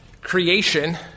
creation